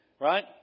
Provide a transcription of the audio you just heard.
Right